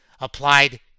applied